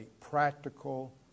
practical